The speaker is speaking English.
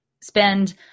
spend